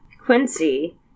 Quincy